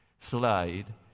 slide